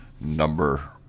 number